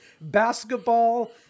Basketball